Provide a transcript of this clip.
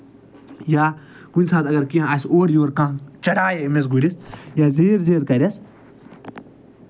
یا کُنہِ ساتہٕ اَگر کیٚنٛہہ آسہِ اورٕ یورٕ کانٛہہ چڈاے أمِس گُرِس ییٚلہِ زیٖر زیٖر کَرٮ۪س